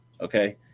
okay